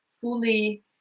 fully